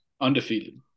undefeated